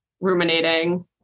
ruminating